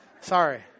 Sorry